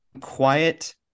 Quiet